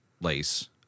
Lace